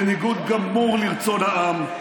בניגוד גמור לרצון העם,